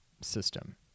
system